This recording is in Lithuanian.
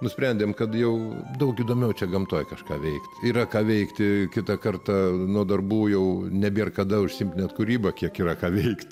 nusprendėm kad jau daug įdomiau čia gamtoj kažką veikt yra ką veikti kitą kartą nuo darbų jau nebėr kada užsiimti net kūryba kiek yra ką veikt